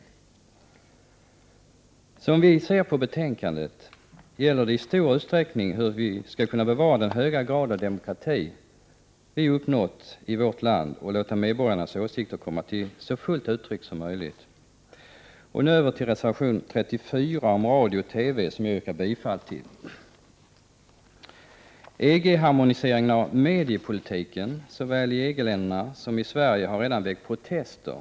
Miljöpartiets syn på utrikesutskottets betänkande är att det i stor utsträckning handlar om hur vi skall kunna bevara den höga grad av demokrati som vi har uppnått i vårt land och hur vi skall kunna låta medborgarnas åsikter komma till så fullt uttryck som möjligt. Nu över till reservation 34 om radio och TV, till vilken jag yrkar bifall. EG-harmoniseringen av mediepolitiken har såväl i EG-länderna som i Sverige redan väckt protester.